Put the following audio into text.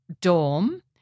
dorm